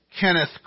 Kenneth